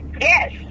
Yes